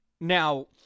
Now